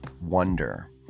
wonder